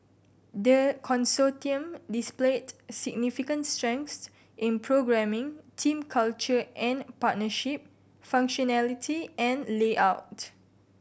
the Consortium displayed significant strengths in programming team culture and partnership functionality and layout